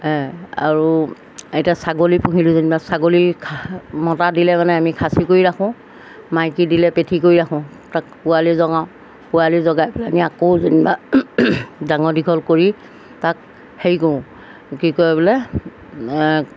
আৰু এতিয়া ছাগলী পুহিলোঁ যেনিবা ছাগলী মতা দিলে মানে আমি খাচী কৰি ৰাখোঁ মাইকী দিলে পেঠি কৰি ৰাখোঁ তাক পোৱালি জগাওঁ পোৱালি জগাই পেলাহেনি আমি আকৌ যেনিবা ডাঙৰ দীঘল কৰি তাক হেৰি কৰোঁ কি কয় বোলে